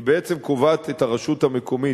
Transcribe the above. היא בעצם קובעת שהרשות המקומית,